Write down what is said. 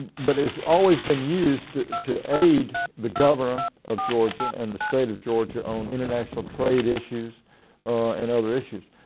but it has always been used to aid the governor of georgia and the state of georgia on international trade issues and other issues.